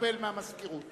השאלה היא מה אתם מעדיפים.